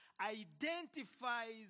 identifies